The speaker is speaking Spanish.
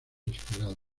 esperados